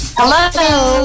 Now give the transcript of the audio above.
Hello